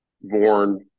born